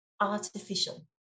artificial